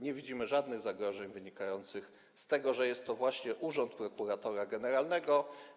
Nie widzimy żadnych zagrożeń wynikających z tego, że jest to właśnie urząd prokuratora generalnego.